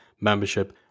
membership